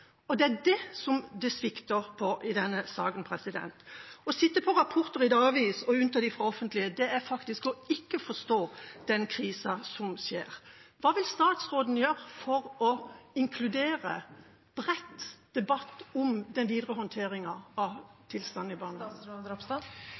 Det er der det svikter i denne saken. Å sitte på rapporter i dagevis og unnta dem fra offentlighet er faktisk å ikke forstå den krisa som er. Hva vil statsråden gjøre for å inkludere bredt til debatt om den videre håndteringen av